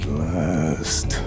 last